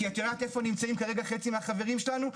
כי את יודעת איפה נמצאים חצי מהחברים שלנו?